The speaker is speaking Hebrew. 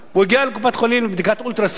והוא הגיע לקופת-החולים לבדיקת אולטרה-סאונד,